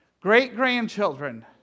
Great-grandchildren